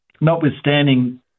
notwithstanding